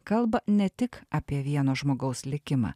kalba ne tik apie vieno žmogaus likimą